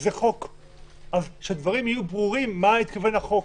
זה חוק אז שדברים יהיו ברורים למה התכוון החוק.